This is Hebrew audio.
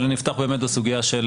אבל אני אפתח בסוגיה של